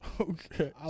Okay